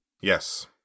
Yes